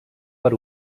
per